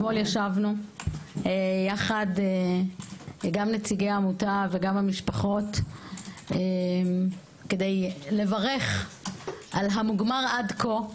אתמול ישבנו יחד גם נציגי העמותה וגם המשפחות כדי לברך על המוגמר עד כה.